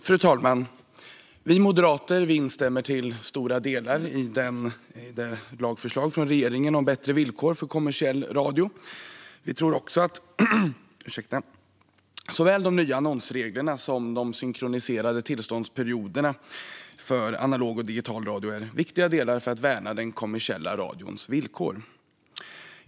Fru talman! Vi moderater instämmer till stora delar i regeringens förslag om bättre villkor för kommersiell radio. Vi tror också att såväl de nya annonsreglerna som de synkroniserade tillståndsperioderna för analog och digital radio är viktiga delar för att värna den kommersiella radions villkor.